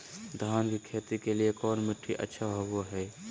धान की खेती के लिए कौन मिट्टी अच्छा होबो है?